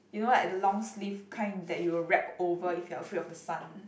you know like the long sleeve kind that you will wrap over if you are afraid of the sun